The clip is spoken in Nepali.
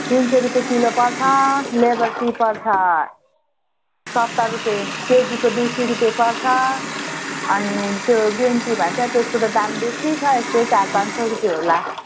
तिन सय रुपियाँ किलो पर्छ लेबर टी पर्छ सत्तर रुपियाँ केजिको दुई सय रुपियाँ पर्छ अनि त्यो ग्रिन टी भन्छ त्यसको त दाम बेसी छ यस्तै चार पाँच सय रुपियाँ होला